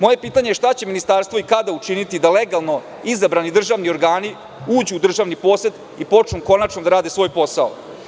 Moje pitanje je šta će ministarstvo i kada učiniti da legalno izabrani državni organi uđu u državni posed i počnu konačno da rade svoj posao?